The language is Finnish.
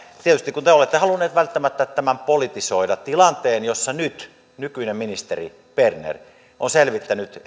tietysti te olette halunneet välttämättä tämän politisoida tilanteen jossa nyt nykyinen ministeri berner on selvittänyt